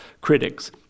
critics